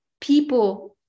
people